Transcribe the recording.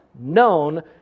known